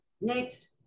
Next